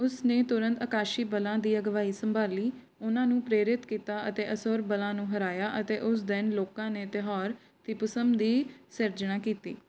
ਉਸ ਨੇ ਤੁਰੰਤ ਆਕਾਸ਼ੀ ਬਲਾਂ ਦੀ ਅਗਵਾਈ ਸੰਭਾਲੀ ਉਨ੍ਹਾਂ ਨੂੰ ਪ੍ਰੇਰਿਤ ਕੀਤਾ ਅਤੇ ਅਸੁਰ ਬਲਾਂ ਨੂੰ ਹਰਾਇਆ ਅਤੇ ਉਸ ਦਿਨ ਲੋਕਾਂ ਨੇ ਤਿਉਹਾਰ ਥੀਪੁਸਮ ਦੀ ਸਿਰਜਣਾ ਕੀਤੀ